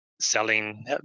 selling